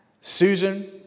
Susan